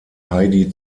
heidi